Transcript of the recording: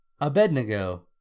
Abednego